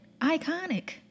iconic